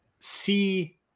see